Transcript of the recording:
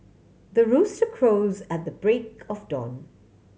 the rooster crows at the break of dawn